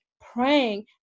praying